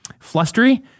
flustery